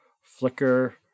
flicker